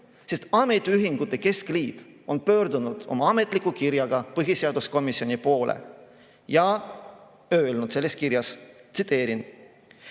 nii. Ametiühingute keskliit on pöördunud oma ametliku kirjaga põhiseaduskomisjoni poole ja öelnud selles kirjas (tsiteerin):